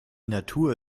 natur